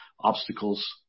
obstacles